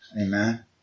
Amen